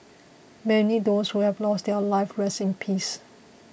may those who have lost their lives rest in peace